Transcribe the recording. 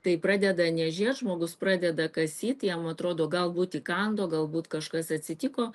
tai pradeda niežėt žmogus pradeda kasyt jam atrodo galbūt įkando galbūt kažkas atsitiko